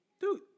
Dude